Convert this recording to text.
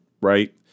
right